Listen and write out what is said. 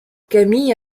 camille